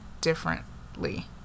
differently